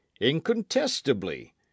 incontestably